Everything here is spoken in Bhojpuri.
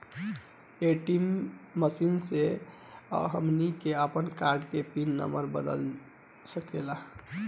ए.टी.एम मशीन से हमनी के आपन कार्ड के पिन नम्बर बदल सके नी